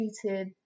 treated